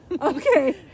okay